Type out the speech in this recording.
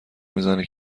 میزنه